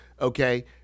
Okay